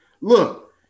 look